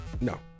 No